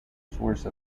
source